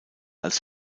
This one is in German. als